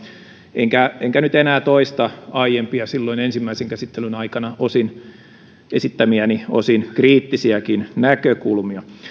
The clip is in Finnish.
enkä enkä nyt enää toista aiempia silloin ensimmäisen käsittelyn aikana esittämiäni osin kriittisiäkin näkökulmia